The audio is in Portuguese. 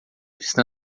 está